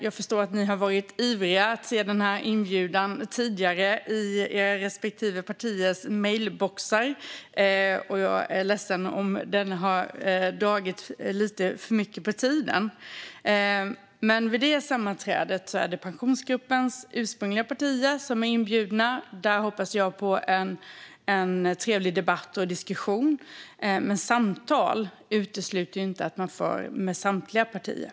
Jag förstår att interpellanterna har varit ivriga att få se inbjudan i respektive partiers mejlboxar, och jag är ledsen om det har dragit ut lite för länge på tiden. Det är Pensionsgruppens ursprungliga partier som är inbjudna till sammanträdet. Jag hoppas på en trevlig debatt och diskussion där, men detta utesluter inte att samtal förs med samtliga partier.